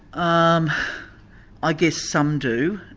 um i guess some do.